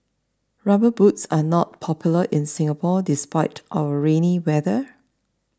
rubber boots are not popular in Singapore despite our rainy weather